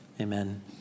amen